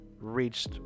reached